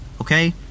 okay